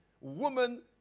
woman